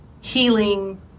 healing